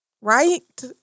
right